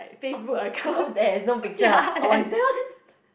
oh oh there's no picture oh is that [one]